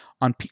on